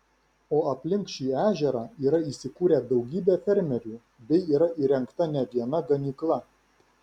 o alpink šį ežerą yra įsikūrę daugybę fermerių bei yra įrengta ne viena ganykla